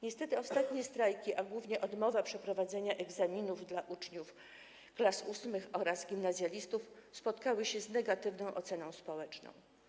Niestety ostatnie strajki, głównie odmowa przeprowadzenia egzaminów dla uczniów klas VIII oraz gimnazjalistów, spotkały się z negatywną oceną społeczną.